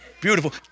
Beautiful